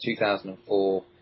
2004